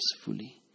fully